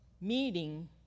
meeting